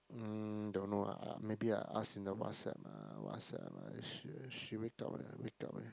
mm don't know ah maybe I ask in the Whatsapp ah Whatsapp ah she she wake up or not wake up already